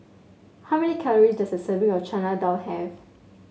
how many calories does a serving of Chana Dal have